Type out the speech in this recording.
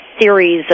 series